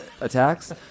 attacks